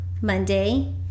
Monday